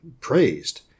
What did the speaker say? praised